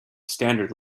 standard